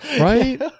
Right